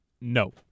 No